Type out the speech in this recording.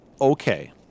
okay